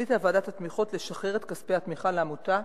החליטה ועדת התמיכות לשחרר את כספי התמיכה לעמותה,